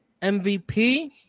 MVP